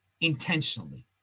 intentionally